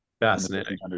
fascinating